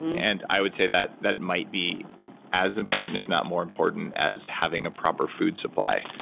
and i would say that that might be as important, if not more important, as having a proper food supply,